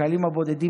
החיילים הבודדים,